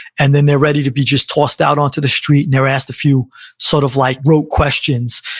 and then they're ready to be just tossed out onto the street, and they're asked a few sort of like rote questions,